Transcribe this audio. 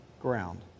ground